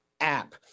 app